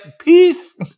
peace